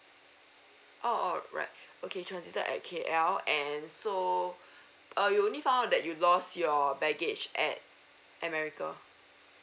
oh alright okay transited at K_L and so uh you only found out that you lost your baggage at america